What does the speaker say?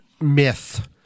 myth